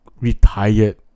Retired